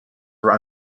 were